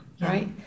right